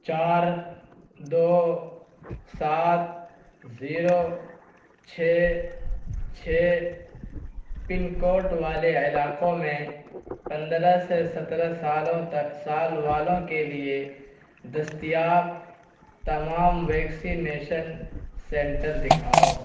چار دو سات زیرو چھ چھ پن کوڈ والے علاقوں میں پندرہ سے سترہ سالوں تک سال والوں کے لیے دستیاب تمام ویکسینیشن سنٹر دکھاؤ